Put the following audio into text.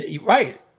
Right